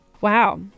Wow